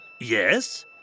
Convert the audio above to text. Yes